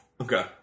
Okay